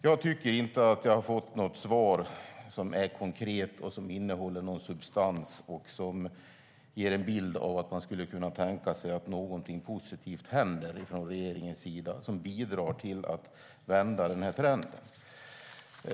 Jag tycker inte att jag har fått ett svar som är konkret, innehåller någon substans eller ger en bild av att någonting positivt skulle kunna hända från regeringens sida som bidrar till att vända den här trenden.